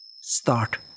Start